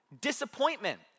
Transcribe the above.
disappointment